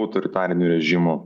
autoritarinių režimų